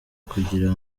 kugira